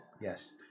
Yes